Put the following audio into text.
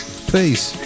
Peace